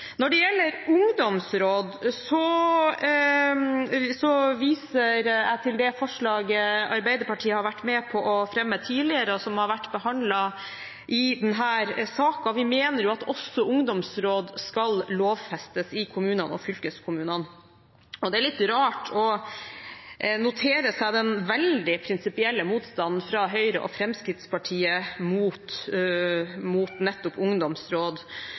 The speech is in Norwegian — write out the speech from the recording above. Når det gjelder ungdomsråd, viser jeg til det forslaget Arbeiderpartiet har vært med på å fremme tidligere, og som har vært behandlet i denne saken. Vi mener at også ungdomsråd skal lovfestes i kommunene og fylkeskommunene. Det er litt rart å notere seg den veldig prinsipielle motstanden fra Høyre og Fremskrittspartiet mot nettopp ungdomsråd,